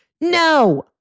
No